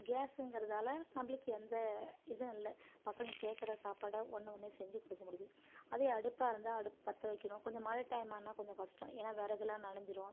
கேஸுங்கிறதால நம்மளுக்கு எந்த இதுவும் இல்லை பசங்க கேட்குற சாப்பாடை உடனே உடனே செஞ்சு கொடுக்க முடியுது அதே அடுப்பாக இருந்தால் அடுப்பு பற்ற வைக்கணும் கொஞ்சம் மழை டைம்னா கொஞ்சம் கஷ்டம் ஏன்னா விறகுலாம் நனஞ்சிரும்